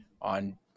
on